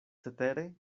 cetere